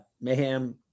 Mayhem